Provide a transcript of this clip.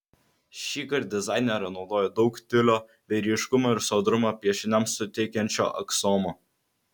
šįkart dizainerė naudoja daug tiulio bei ryškumą ir sodrumą piešiniams suteikiančio aksomo